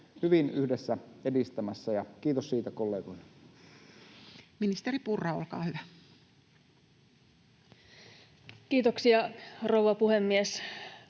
hyvin yhdessä edistämässä, ja kiitos siitä kollegoille. Ministeri Purra, olkaa hyvä. Kiitoksia, rouva puhemies!